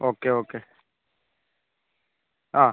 okay okay ആ